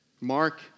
Mark